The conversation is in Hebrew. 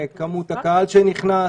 בכמות הקהל שנכנס,